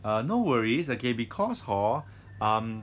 err no worries okay because hor